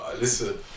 listen